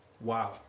Wow